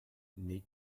nick